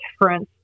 difference